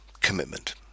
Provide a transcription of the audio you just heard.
commitment